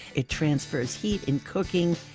it transfers heat in cooking,